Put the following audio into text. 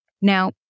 Now